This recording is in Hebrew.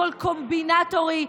הכול קומבינטורי,